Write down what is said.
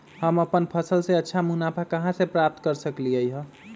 हम अपन फसल से अच्छा मुनाफा कहाँ से प्राप्त कर सकलियै ह?